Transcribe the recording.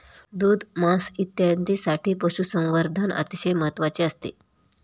दूध, मांस इत्यादींसाठी पशुसंवर्धन अतिशय महत्त्वाचे असते